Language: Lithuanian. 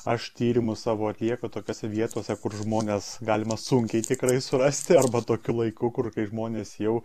aš tyrimus savo atlieku tokiose vietose kur žmones galima sunkiai tikrai surasti arba tokiu laiku kur žmonės jau